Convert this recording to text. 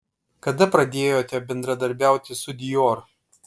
kada pradėjote bendradarbiauti su dior